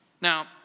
Now